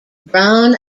brown